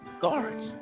guards